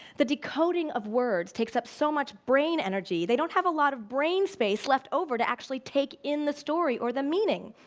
the decoding of words takes up so much brain energy, they don't have a lot of brain space left over to actually take in the story or the meaning.